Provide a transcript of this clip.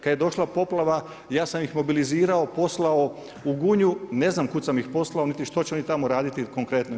Kad je došla poplava ja sam ih mobilizirao, poslao u Gunju, ne znam kud sam ih poslao, niti što će oni tamo raditi konkretno.